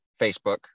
Facebook